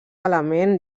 element